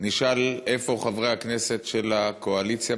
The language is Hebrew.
נשאל איפה חברי הכנסת של הקואליציה,